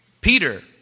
Peter